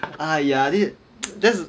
!aiya! it that's